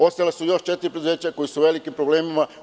Ostala su još četiri preduzeća koja su u velikim problemima.